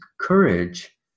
courage